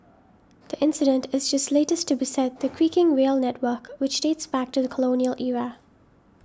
the incident is just latest to beset the creaking rail network which dates back to the colonial era